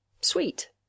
Sweet